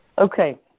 Okay